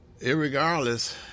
irregardless